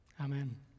Amen